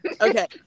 Okay